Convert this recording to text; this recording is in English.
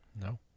No